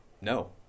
no